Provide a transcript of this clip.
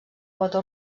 bota